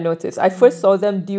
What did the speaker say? mm